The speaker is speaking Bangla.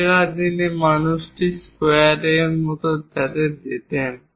আগেকার দিনে মানুষ টি স্কোয়ারের সাথে যেতেন